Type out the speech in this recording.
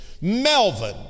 Melvin